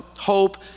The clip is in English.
Hope